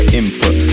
input